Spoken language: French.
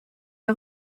les